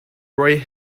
roy